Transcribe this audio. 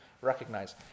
recognize